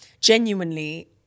genuinely